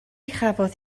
chafodd